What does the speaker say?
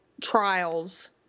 trials